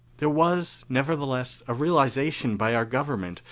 there was, nevertheless, a realization by our government,